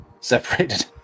separated